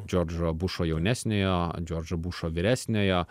džordžo bušo jaunesniojo džordžo bušo vyresniojo